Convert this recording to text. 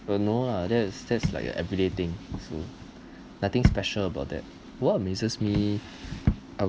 don't know lah that's that's like a everyday thing so nothing special about that what amazes me I'd